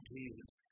Jesus